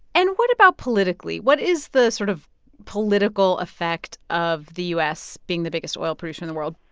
and what about politically? what is the sort of political effect of the u s. being the biggest oil producer in the world?